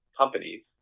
companies